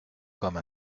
comme